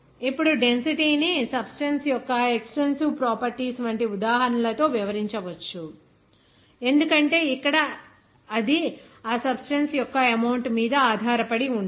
ఇప్పుడు డెన్సిటీ ని సబ్స్టెన్స్ యొక్క ఎక్సటెన్సివ్ ప్రాపర్టీస్ వంటి ఉదాహరణలతో వివరించవచ్చు ఎందుకంటే ఇక్కడ అది ఆ సబ్స్టెన్స్ యొక్క అమౌంట్ మీద ఆధారపడి ఉండదు